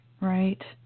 Right